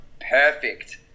perfect